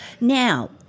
Now